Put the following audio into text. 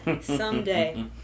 someday